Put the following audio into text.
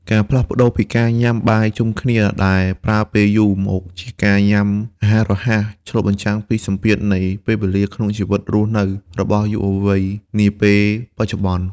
ការផ្លាស់ប្ដូរពីការញ៉ាំបាយជុំគ្នាដែលប្រើពេលយូរ មកជាការញ៉ាំអាហាររហ័ស ឆ្លុះបញ្ចាំងពីសម្ពាធនៃពេលវេលាក្នុងជីវិតរស់នៅរបស់យុវវ័យនាពេលបច្ចុប្បន្ន។